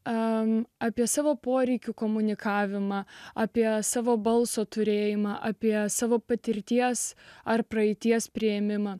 a apie savo poreikių komunikavimą apie savo balso turėjimą apie savo patirties ar praeities priėmimą